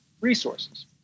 resources